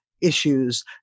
issues